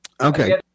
Okay